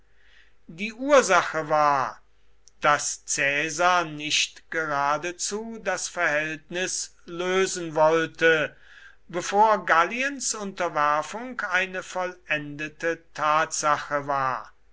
die ursache war daß caesar nicht geradezu das verhältnis lösen wollte bevor galliens unterwerfung eine vollendete tatsache war